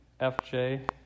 FJ